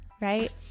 right